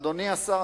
אדוני השר,